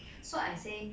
so I say